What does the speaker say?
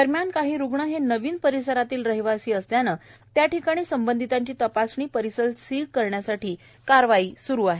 दरम्यान काही रुग्ण हे नवीन परिसरातेल रहिवासी असल्याने त्याठिकाणी संबंधितांची तपासणी परिसर सील करण्याची कारवाई सुरू आहे